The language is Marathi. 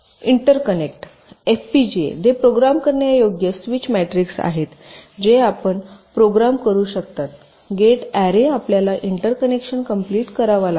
इंटरकनेक्ट एफपीजीए ते प्रोग्राम करण्यायोग्य स्विच मॅट्रिक्स आहेत जे आपण प्रोग्राम करू शकता गेट अॅरे आपल्याला इंटरकनेक्शन कंप्लिट करावा लागेल